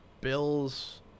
Bills